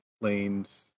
planes